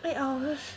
eight hours